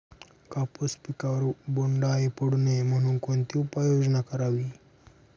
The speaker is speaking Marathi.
कापूस पिकावर बोंडअळी पडू नये म्हणून कोणती उपाययोजना करावी?